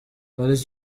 paris